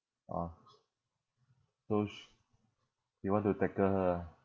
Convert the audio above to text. orh so sh~ he want to tackle her ah